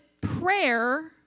prayer